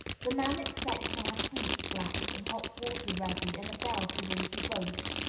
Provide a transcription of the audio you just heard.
the man expects to have boots blacked and hot water ready, and a bell to ring for both.